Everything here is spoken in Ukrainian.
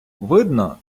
видно